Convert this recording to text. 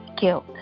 guilt